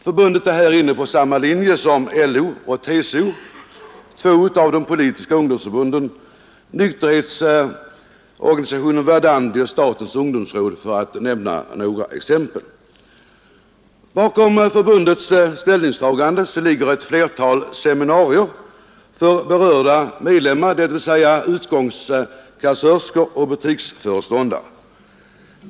Förbundet är här inne på samma linje som LO och TCO, två av de politiska ungdomsförbunden, Nykterhetsorganisationen Verdandi och statens ungdomsråd för att nämna några exempel. Bakom förbundets ställningstagande ligger ett flertal seminarier för berörda medlemmar, dvs. utgångskassörskor och butiksföreståndare.